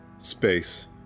space